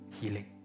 healing